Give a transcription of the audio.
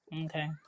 Okay